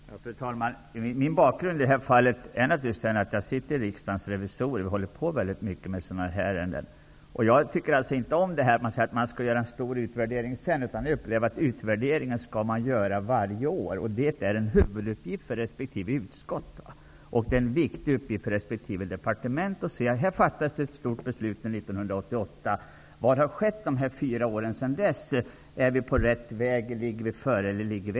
Fru talman! Min bakgrund i det här fallet är naturligtvis den att jag sitter med i Riksdagens revisorer och håller på väldigt mycket med sådana här ärenden. Jag tycker inte om att man säger att man skall göra en stor utvärdering senare, utan jag menar att utvärderingar skall göras varje år. Det är en huvuduppgift för resp. utskott. Det är en viktig uppgift för resp. departement att fråga sig vad som har skett under de år som gått efter det att viktiga beslut fattats, om vi är på rätt väg och om vi ligger före eller efter.